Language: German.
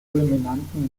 fulminanten